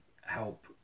help